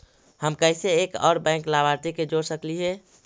हम कैसे एक और बैंक लाभार्थी के जोड़ सकली हे?